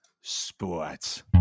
sports